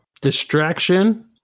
Distraction